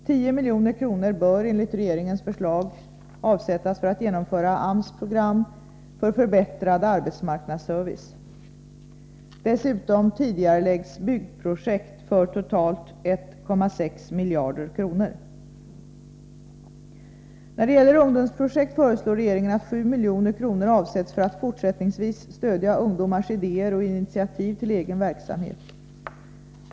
10 milj.kr. bör enligt regeringens förslag avsättas för att genomföra AMS program för förbättrad arbetsmarknadsservice. Dessutom tidigareläggs byggprojekt för totalt 1,6 miljarder kronor. När det gäller särskilda ungdomsprojekt föreslår regeringen att 7 milj.kr. avsätts för att fortsättningsvis stödja ungdomars idéer och initiativ till egen verksamhet.